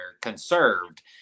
conserved